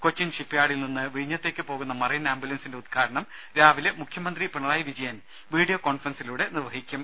Cochin ship യാർഡിൽ നിന്ന് വിഴിഞ്ഞത്തേക്ക് പോകുന്ന മറൈൻ ആമ്പുലൻസിന്റെ ഉദ്ഘാടനം രാവിലെ മുഖ്യമന്ത്രി പിണറായി വിജയൻ വീഡിയോ കോൺഫറൻസിലൂടെ നിർവഹിക്കും